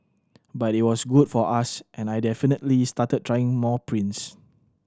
but it was good for us and I definitely started trying more prints